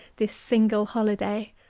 this single holiday!